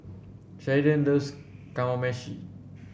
Sheridan loves Kamameshi